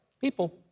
people